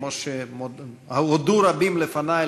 כמו שהודו רבים לפני,